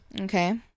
Okay